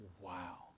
Wow